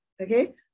okay